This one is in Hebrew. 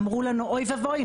אמרו לנו אוי ואבוי,